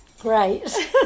Great